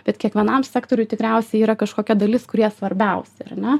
bet kiekvienam sektoriui tikriausiai yra kažkokia dalis kurie svarbiausi ar ne